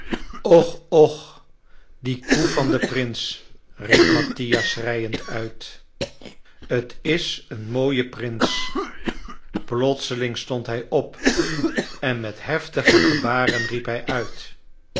och och die koe van den prins riep mattia schreiend uit t is een mooie prins plotseling stond hij op en met heftige gebaren riep hij uit